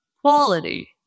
quality